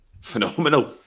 phenomenal